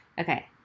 Okay